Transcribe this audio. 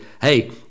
hey